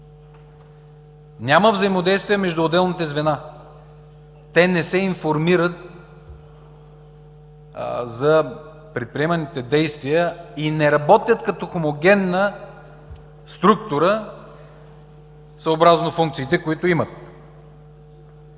Няма взаимодействие между отделните звена – те не се информират за предприеманите действия и не работят като хомогенна структура съобразно функциите, които имат.